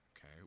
okay